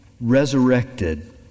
resurrected